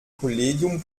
kollegium